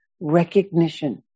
recognition